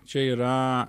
čia yra